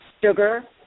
sugar